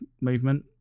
movement